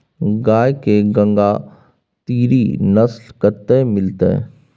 गाय के गंगातीरी नस्ल कतय मिलतै?